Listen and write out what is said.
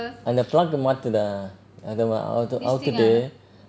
ah the plug மாத்துதா அத அவுத்துட்டு:maathutha atha avuthutu